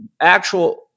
actual